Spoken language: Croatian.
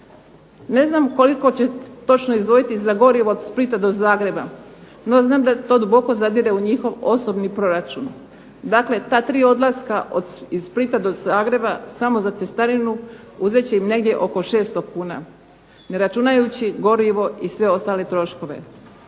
Ne znam koliko će točno izdvojiti za gorivo od Splita do Zagreba, no znam da to duboko zadire u njihov osobni proračun. Dakle, ta tri odlaska iz Splita do Zagreba samo za cestarinu uzet će im negdje oko 600 kuna, ne računajući gorivo i sve ostale troškove.